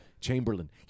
Chamberlain